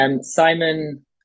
Simon